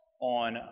on